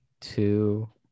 two